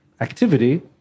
activity